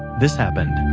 this happened